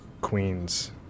Queens